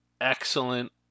excellent